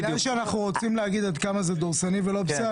בגלל שאנחנו רוצים להגיד עד כמה זה דורסני ולא בסדר,